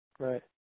Right